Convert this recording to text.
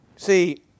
See